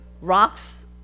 rocks